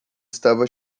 estava